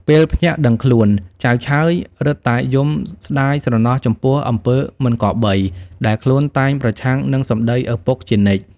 ពេលភ្ញាក់ដឹងខ្លួន ចៅឆើយរឹតតែយំស្តាយស្រណោះចំពោះអំពើមិនគប្បី ដែលខ្លួនតែងប្រឆាំងនឹងសម្តីឪពុកជានិច្ច ។